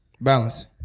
Balance